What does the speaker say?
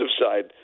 side